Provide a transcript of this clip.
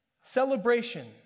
celebration